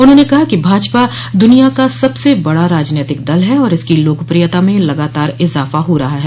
उन्होंने कहा कि भाजपा दुनिया का सबसे बड़ा राजनैतिक दल है और इसकी लोकप्रियता में लगातार इज़ाफा हो रहा है